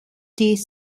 these